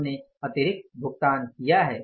हमने अतिरिक्त भुगतान किया है